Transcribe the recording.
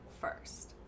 first